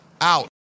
out